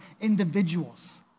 individuals